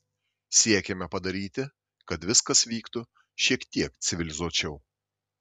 siekiame padaryti kad viskas vyktų šiek tiek civilizuočiau